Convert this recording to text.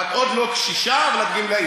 את עוד לא קשישה, אבל את גמלאית.